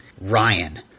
Ryan